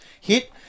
hit